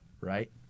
Right